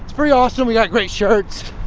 pretty awesome. we ah great shirts.